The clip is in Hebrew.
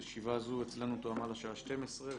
הישיבה הזו אצלנו תואמה לשעה 12:00,